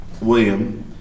William